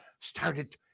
started